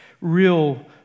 real